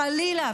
חלילה,